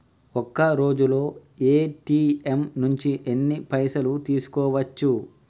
ఒక్కరోజులో ఏ.టి.ఎమ్ నుంచి ఎన్ని పైసలు తీసుకోవచ్చు?